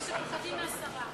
התשס"ט 2009,